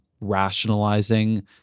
rationalizing